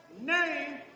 name